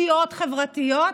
סיעות חברתיות,